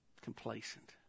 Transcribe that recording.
complacent